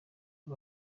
aba